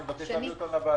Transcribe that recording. אני מבקש את הוועדה.